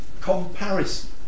comparison